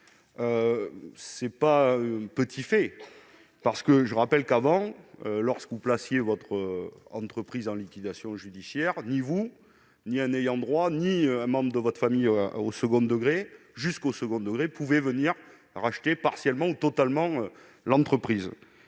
Ce n'est pas un petit fait ! Auparavant, lorsque vous placiez votre entreprise en liquidation judiciaire, ni vous, ni un ayant droit, ni un membre de votre famille jusqu'au second degré ne pouvait venir racheter partiellement ou totalement l'entreprise.